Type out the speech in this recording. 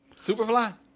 Superfly